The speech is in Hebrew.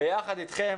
ביחד איתכם,